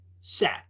set